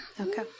Okay